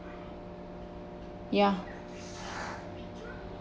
ya